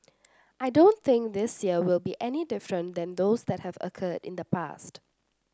I don't think this year will be any different than those that have occurred in the past